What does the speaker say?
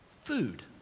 Food